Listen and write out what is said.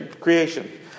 creation